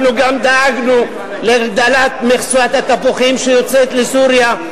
אנחנו גם דאגנו להגדלת מכסת התפוחים שיוצאת לסוריה.